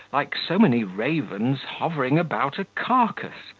like so many ravens hovering about a carcase,